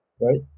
right